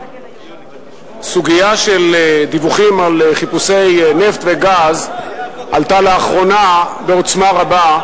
הסוגיה של דיווחים על חיפושי נפט וגז עלתה לאחרונה בעוצמה רבה,